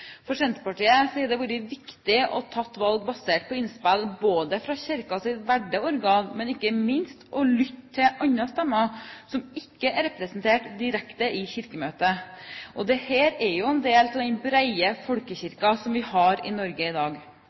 For Senterpartiet har det vært viktig å ta valg basert på innspill fra Kirkens valgte organer, men ikke minst å lytte til stemmer som ikke er representert direkte i Kirkemøtet. Dette er jo en del av den brede folkekirken som vi har i Norge i dag.